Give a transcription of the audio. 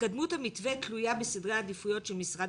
התקדמות המתווה תלויה בסדרי עדיפויות של משרד